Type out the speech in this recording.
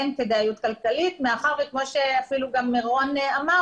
אין כדאיות כלכלית מאחר וכמו שגם מירון אמר